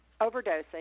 overdosing